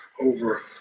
over